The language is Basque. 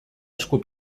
esku